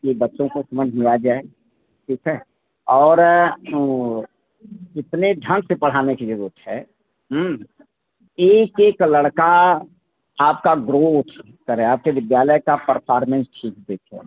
ये बच्चों को समझ में आ जाए ठीक है और वो कितने ढंग से पढ़ाने की जरूरत है एक एक लड़का आपका ग्रोथ करे आपके विद्यालय का परफार्मेंस ठीक देखे